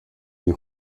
die